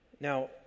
Now